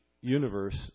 universe